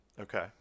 Okay